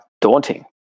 daunting